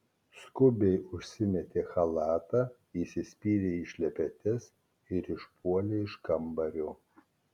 skubiai užsimetė chalatą įsispyrė į šlepetes ir išpuolė iš kambario